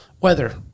weather